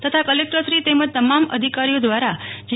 તથાકલેકટરશ્રી તેમજ તમામ અધિકારીઓ દ્વારા જી